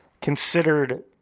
considered